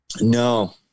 no